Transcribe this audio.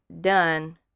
done